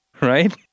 Right